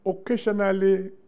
occasionally